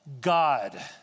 God